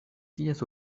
ties